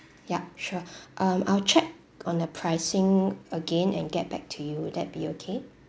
yup sure um I'll check on the pricing again and get back to you will that be okay